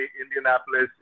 Indianapolis